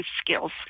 skills